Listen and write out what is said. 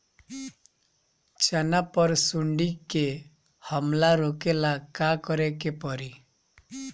चना पर सुंडी के हमला रोके ला का करे के परी?